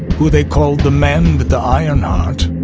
who they called the man with the iron heart,